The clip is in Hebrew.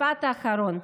משפט אחרון: